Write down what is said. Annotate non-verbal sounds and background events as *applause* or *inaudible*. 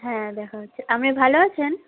হ্যাঁ দেখা হচ্ছে *unintelligible* ভালো আছেন